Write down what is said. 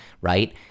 right